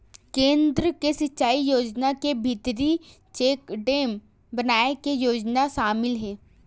केन्द्र के सिचई योजना के भीतरी चेकडेम बनाए के योजना सामिल हे